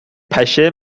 پشه